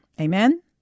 Amen